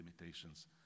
limitations